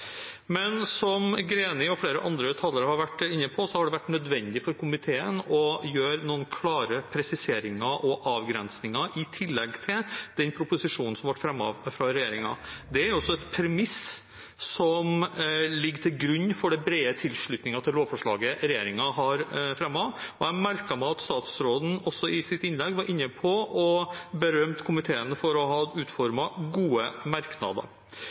Men som representanten Greni og flere andre talere har vært inne på, har det vært nødvendig for komiteen å gjøre noen klare presiseringer og avgrensninger i tillegg til den proposisjonen som ble fremmet av regjeringen. Det er også et premiss som ligger til grunn for den brede tilslutningen til lovforslaget regjeringen har fremmet. Jeg merket meg også at statsråden i sitt innlegg berømmet komiteen for å ha utformet gode merknader.